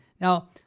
Now